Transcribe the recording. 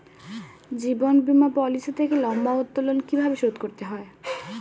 জীবন বীমা পলিসি থেকে লম্বা উত্তোলন কিভাবে শোধ করতে হয়?